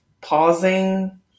pausing